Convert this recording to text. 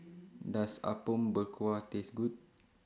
Does Apom Berkuah Taste Good